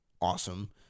awesome